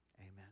Amen